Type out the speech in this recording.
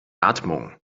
atmung